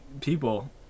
people